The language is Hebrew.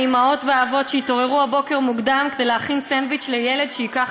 האימהות והאבות שהתעוררו הבוקר מוקדם כדי להכין סנדוויץ' לילד שייקח